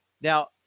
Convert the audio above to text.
Now